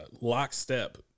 lockstep